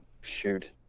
shoot